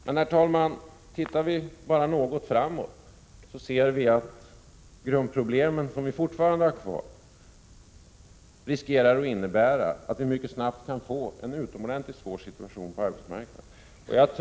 Men tittar vi något framåt, ser vi att grundproblemen, som vi fortfarande har kvar, riskerar att leda till att vi mycket snart kan få en utomordentligt svår situation på arbetsmarknaden.